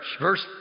Verse